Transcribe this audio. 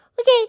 Okay